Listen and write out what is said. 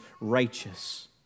righteous